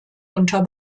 unter